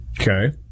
Okay